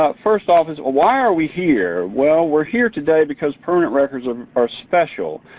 ah first off is why are we here well we're here today because permanent records um are special.